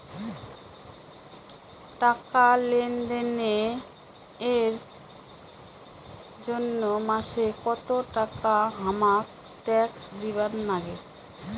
টাকা লেনদেন এর জইন্যে মাসে কত টাকা হামাক ট্যাক্স দিবার নাগে?